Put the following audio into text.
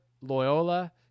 Loyola